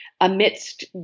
amidst